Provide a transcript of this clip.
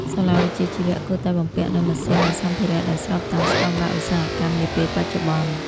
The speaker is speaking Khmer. សាលាវិជ្ជាជីវៈគួរតែបំពាក់នូវម៉ាស៊ីននិងសម្ភារៈដែលស្របតាមស្តង់ដារឧស្សាហកម្មនាពេលបច្ចុប្បន្ន។